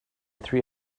three